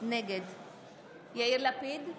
נגד יאיר לפיד,